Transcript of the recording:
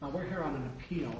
we're here on an appeal